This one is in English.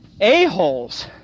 a-holes